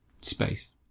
Space